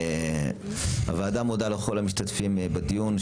הוועדה מודה לכל המשתתפים בדיון.